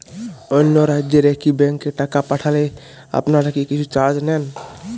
অন্য রাজ্যের একি ব্যাংক এ টাকা পাঠালে আপনারা কী কিছু চার্জ নেন?